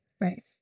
Right